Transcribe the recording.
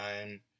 time